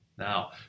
Now